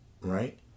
right